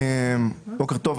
בוקר טוב.